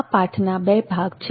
આ પાઠ ના બે ભાગ છે